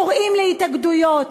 קוראים להתאגדויות,